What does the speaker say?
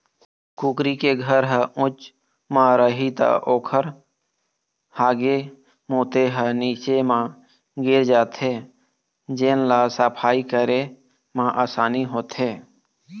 कुकरी के घर ह उच्च म रही त ओखर हागे मूते ह नीचे म गिर जाथे जेन ल सफई करे म असानी होथे